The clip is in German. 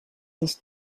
ist